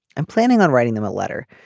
i'm planning on writing them a letter.